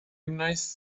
wnaeth